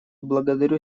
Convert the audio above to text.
благодарю